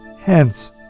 hence